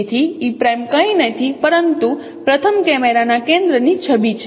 તેથી e'કંઈ નથી પરંતુ પ્રથમ કેમેરાના કેન્દ્રની છબી છે